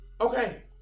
okay